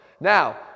Now